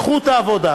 קחו את העבודה,